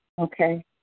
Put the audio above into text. Okay